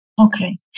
Okay